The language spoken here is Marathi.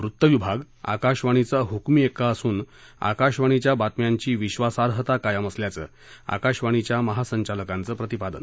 वृत्त विभाग आकाशवाणीचा हुकमी एक्का असून आकाशवाणीच्या बातम्यांची विश्वासार्हता कायम असल्याचं आकाशवाणी महासंचालकांचं प्रतिपादन